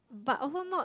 but also not